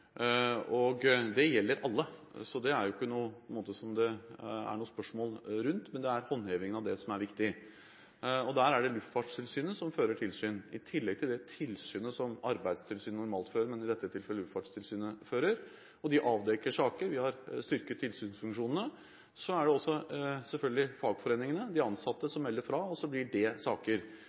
Det gjelder alle, så det er ikke noe som det stilles spørsmål ved, men det er håndhevingen av det som er viktig. Det er Luftfartstilsynet som fører tilsyn – i tillegg til det tilsynet som Arbeidstilsynet normalt fører – og de avdekker saker. Vi har styrket tilsynsfunksjonene. Så melder selvfølgelig også fagforeningene og de ansatte fra, og så blir det saker.